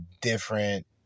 different